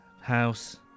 house